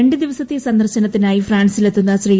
രണ്ട് ദിവസത്തെ സന്ദർശനത്തിനായി ഫ്രാൻസിര്ലത്തുന്ന ശ്രീ